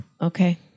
Okay